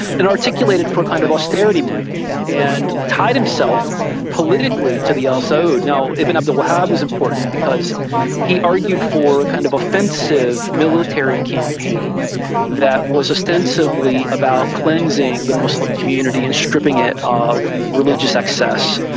and articulated for a kind of austerity movement, and tied himself politically to the al so saud. ibn abd al-wahhab was important because he argued for a kind of offensive military campaign that was ostensibly about cleansing the muslim community and stripping it of religious excess,